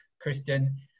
Christian